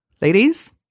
ladies